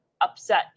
upset